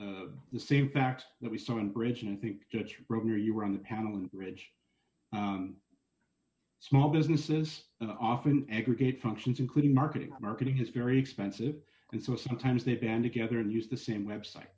was the same facts that we saw on bridge and i think that's wrong or you were on the panel and ridge small businesses and often aggregate functions including marketing marketing is very expensive and so sometimes they band together and use the same website